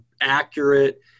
accurate